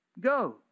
Go